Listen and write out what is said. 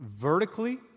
vertically